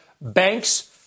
banks